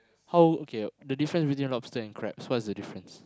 how okay the difference between lobster and crabs what is the difference